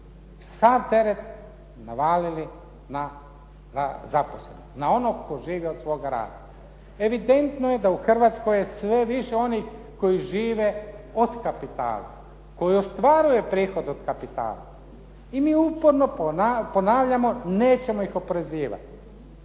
sav teret navalili na zaposlene. Na onog tko živi od svoga rada. Evidentno je da je u Hrvatskoj sve više onih koji žive od kapitala, koji ostvaruju prihod od kapitala. I mi uporno ponavljamo nećemo ih oporezivati.